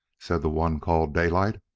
said the one called daylight.